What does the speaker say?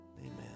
Amen